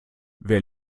wer